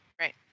Right